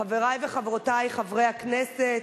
חברי וחברותי חברי הכנסת,